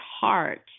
heart